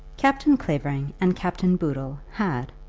captain clavering and captain boodle had,